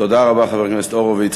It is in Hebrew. תודה רבה, חבר הכנסת הורוביץ.